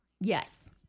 Yes